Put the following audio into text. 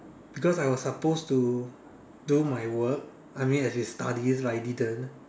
because I was supposed to do my work I mean as in studies but I didn't